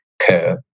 curve